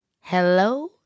Hello